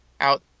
out